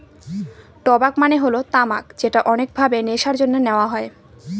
টবাক মানে হল তামাক যেটা অনেক ভাবে নেশার জন্যে নেওয়া হয়